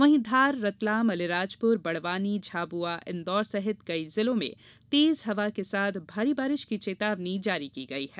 वहीं धार रतलाम अलीराजपुर बड़वानी झाबुआ इन्दौर सहित कई जिलों में तेज हवा के साथ भारी बारिश की चेतावनी जारी की है